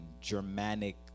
Germanic